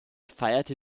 feierte